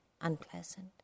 unpleasant